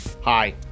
Hi